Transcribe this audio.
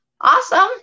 Awesome